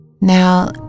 Now